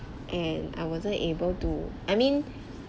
and I wasn't able to I mean